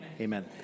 Amen